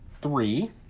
three